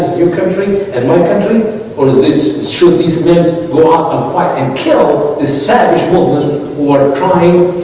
you countries and my country or this should this man go out and fight and kill the savage muslims who are trying